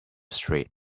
street